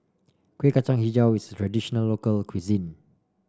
Kuih Kacang hijau is a traditional local cuisine